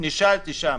נשאלתי שם.